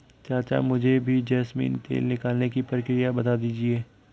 चाचा मुझे भी जैस्मिन तेल निकालने की प्रक्रिया बता दीजिए